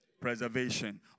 preservation